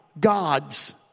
gods